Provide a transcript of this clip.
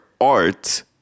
art